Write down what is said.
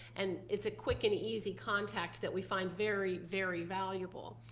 and it's a quick and easy contact that we find very very valuable.